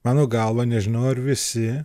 mano galva nežinau ar visi